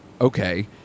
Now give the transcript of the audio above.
Okay